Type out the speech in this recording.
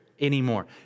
anymore